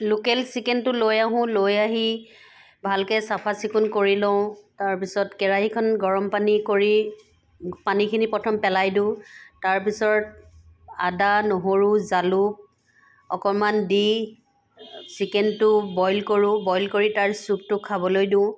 local চিকেনটো লৈ আহোঁ লৈ আহি ভালকৈ চাফা চিকুণ কৰি লওঁ তাৰ পিছত কেৰাহীখন গৰম পানী কৰি পানীখিনি প্ৰথম পেলাই দিওঁ তাৰ পিছত আদা নহৰু জালুক অকণমাণ দি চিকেনটো বইল কৰোঁ বইল কৰি তাৰ চুপটো খাবলৈ দিওঁ